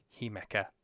Himeka